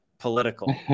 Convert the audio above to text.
political